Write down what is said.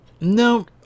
No